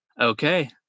Okay